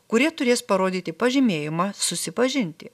kurie turės parodyti pažymėjimą susipažinti